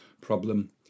problem